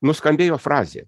nuskambėjo frazė